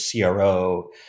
CRO